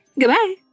Goodbye